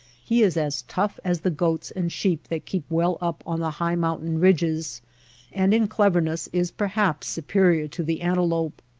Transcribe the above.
he is as tough as the goats and sheep that keep well up on the high mountain ridges and in cleverness is per haps superior to the antelope.